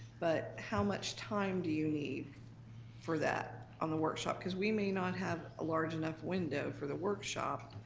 but how much time do you need for that on the workshop? cause we may not have a large enough window for the workshop.